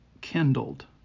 kindled